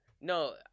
No